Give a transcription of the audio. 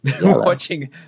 watching